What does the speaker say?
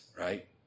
right